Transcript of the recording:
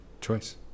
choice